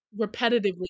repetitively